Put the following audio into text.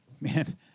Man